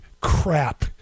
crap